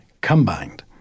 combined